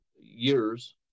years